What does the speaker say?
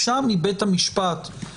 לגבי הגינות ההליך מול הזכות להליך הוגן,